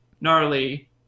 gnarly